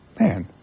Man